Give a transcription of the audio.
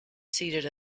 seated